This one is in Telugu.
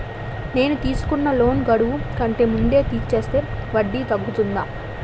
నేను తీసుకున్న లోన్ గడువు కంటే ముందే తీర్చేస్తే వడ్డీ తగ్గుతుందా?